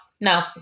no